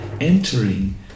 entering